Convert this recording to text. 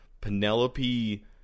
Penelope